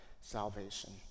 salvation